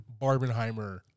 Barbenheimer